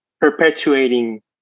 perpetuating